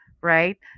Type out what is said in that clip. right